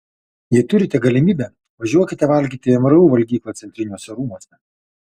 jei turite galimybę važiuokite valgyti į mru valgyklą centriniuose rūmuose